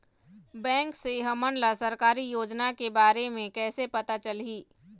Bank से हमन ला सरकारी योजना के बारे मे कैसे पता चलही?